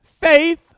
faith